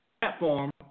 platform